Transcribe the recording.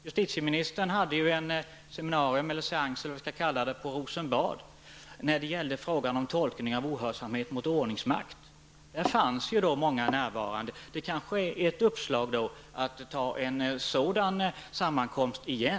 Justitieministern hade ett seminarium på Rosenbad när det gällde frågan om tolkning av ohörsamhet mot ordningsmakt. Där var många närvarande. Det kanske är ett uppslag att ha en sådan sammankomst igen.